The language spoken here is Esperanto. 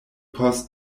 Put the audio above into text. post